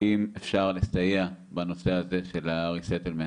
אם אפשר לסייע בנושא הזה של ה-resettlement.